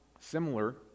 similar